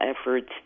efforts